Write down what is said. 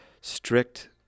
strict